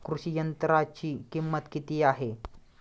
कृषी यंत्राची किंमत किती आहे?